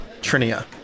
Trinia